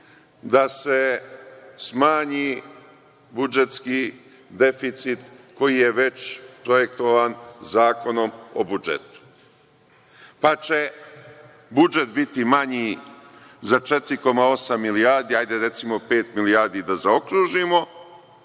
da se smanji budžetski deficit koji je već projektovan Zakonom o budžetu, pa će budžet biti manji za 4,8 milijardi, hajde recimo 5 milijardi, da zaokružimo,